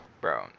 Bro